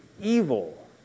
evil